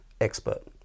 expert